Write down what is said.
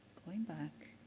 going back.